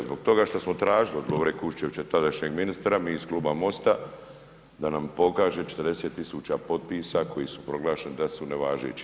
Zbog toga što smo tražili od Lovre Kuščevića tadašnjeg ministra, mi iz Kluba MOST-a da nam pokaže 40.000 potpisa koji su proglašeni da su nevažeći.